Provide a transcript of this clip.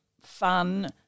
fun